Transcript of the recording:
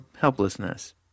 helplessness